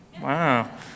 Wow